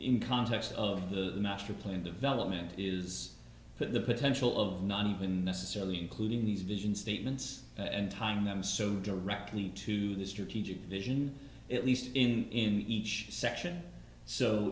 in context of the master plan development is that the potential of not even necessarily including these vision statements and tying them so directly to the strategic vision at least in each section so